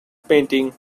painting